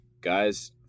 guys